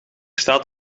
staat